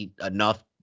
enough